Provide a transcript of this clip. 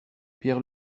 pierre